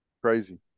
Crazy